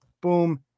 Boom